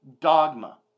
dogma